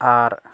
আর